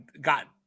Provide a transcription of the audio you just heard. got